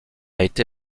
été